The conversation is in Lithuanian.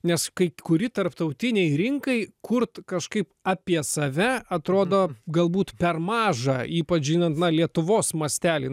nes kai kuri tarptautinei rinkai kurt kažkaip apie save atrodo galbūt per mažą ypač žinant na lietuvos mastelį